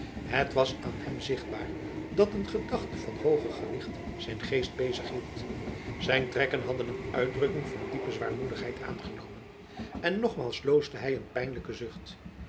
het was aan hem zichtbaar dat een gedachte van hooger gewicht zijn geest bezig hield zijn trekken hadden een uitdrukking van diepe zwaarmoedigheid aangenomen en nogmaals loosde hy een pijnlijke zucht